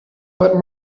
but